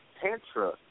tantra